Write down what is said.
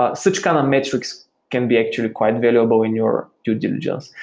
ah such kind of metrics can be actually quite available in your due diligence.